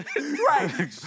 Right